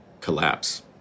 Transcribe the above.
collapse